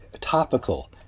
topical